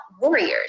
warriors